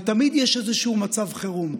ותמיד יש איזשהו מצב חירום.